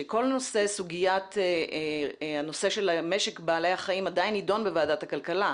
שכל הסוגיה ונושא של משק בעלי החיים עדיין יידון בוועדת הכלכלה,